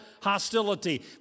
hostility